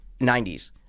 90s